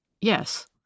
Yes